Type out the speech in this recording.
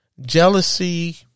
Jealousy